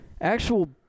actual